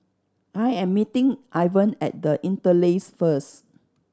I am meeting Ivan at The Interlace first